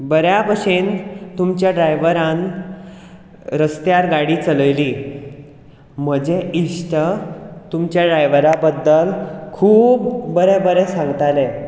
त्या भशेन तुमच्या ड्रायवरान रस्त्यार गाडी चलयली म्हजे इश्ट तुमच्या ड्रायवरा बद्दल खूब बरें बरें सांगताले